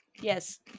Yes